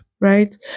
right